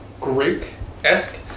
Greek-esque